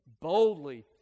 boldly